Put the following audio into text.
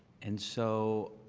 and so